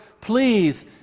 please